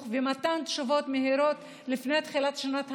ומתן תשובות מהירות לפני תחילת שנת הלימודים,